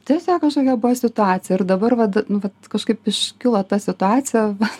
tiesiog kažkokia buvo situacija ir dabar vat nu vat kažkaip iškilo ta situacija va